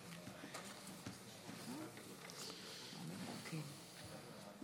בעקבות קיצוץ תקציבי חד מצד הממשלה,